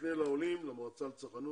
יפנה לעולים, למועצה לצרכנות.